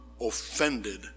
offended